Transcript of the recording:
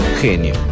genio